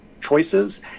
choices